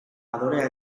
adorea